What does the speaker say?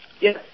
Yes